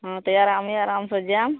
हँ तऽ आरामी आरामसँ जायब